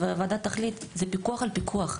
והוועדה תחליט זה פיקוח על פיקוח.